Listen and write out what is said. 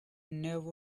narrow